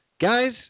Guys